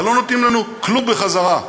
ולא נותנים לנו כלום בחזרה,